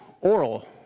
oral